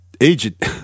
agent